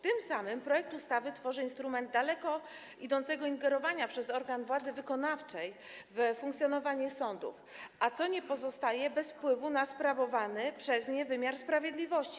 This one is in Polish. Tym samym projekt ustawy wprowadza instrument daleko idącego ingerowania przez organ władzy wykonawczej w funkcjonowanie sądów, co nie pozostaje bez wpływu na sprawowany przez nie wymiar sprawiedliwości.